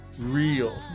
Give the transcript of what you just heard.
real